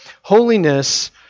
holiness